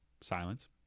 Silence